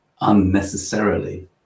unnecessarily